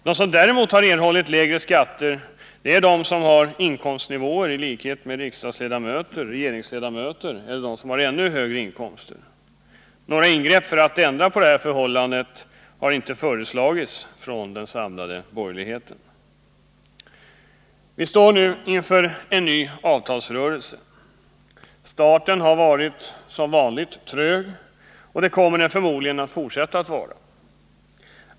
De som däremot har erhållit lägre skatter är de som har inkomster på samma nivåer som riksdagsledamöter och regeringsledamöter eller de som har ännu högre inkomster. Några ingrepp för att ändra på detta förhållande har inte föreslagits från den samlade borgerligheten. Vi står inför en ny avtalsrörelse. I starten har den som vanligt varit trög, och det kommer den förmodligen att fortsätta att vara.